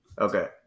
Okay